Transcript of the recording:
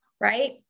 right